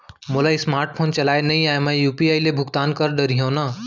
मोला smart phone चलाए नई आए मैं यू.पी.आई ले भुगतान कर डरिहंव न?